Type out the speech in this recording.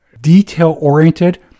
detail-oriented